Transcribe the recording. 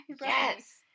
yes